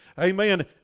Amen